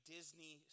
Disney